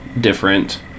different